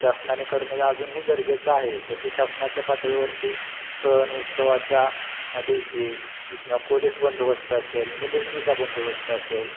शासनाने करणे अजूनही गरजेचं आहे तसेच शासनाच्या पातळीवरती सण उत्सवाच्या दिवशी पोलीस बंदोवस्त असेल मिलिटरीचा बंदोबस्त असेल